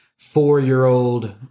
four-year-old